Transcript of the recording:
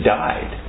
died